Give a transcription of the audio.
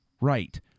right